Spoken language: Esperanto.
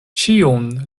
ĉion